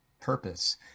purpose